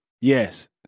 Yes